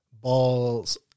balls